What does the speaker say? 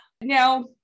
Now